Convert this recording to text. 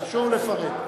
חשוב לפרט.